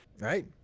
Right